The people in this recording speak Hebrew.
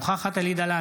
אינה נוכחת אלי דלל,